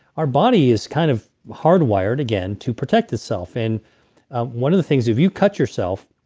our body is kind of hardwired again to protect itself. and one of the things, if you cut yourself,